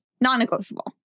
Non-negotiable